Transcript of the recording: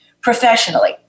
professionally